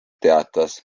teatas